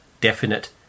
definite